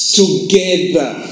together